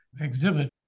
exhibit